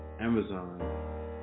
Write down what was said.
Amazon